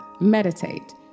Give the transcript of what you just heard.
meditate